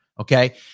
Okay